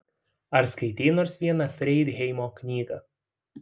ar skaitei nors vieną freidheimo knygą